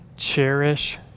Cherish